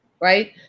right